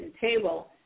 table